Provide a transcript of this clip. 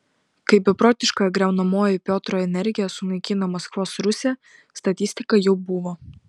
kai beprotiška griaunamoji piotro energija sunaikino maskvos rusią statistika jau buvo